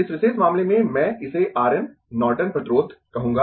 इस विशेष मामले में मैं इसे R N नॉर्टन प्रतिरोध कहूंगा